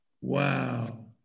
Wow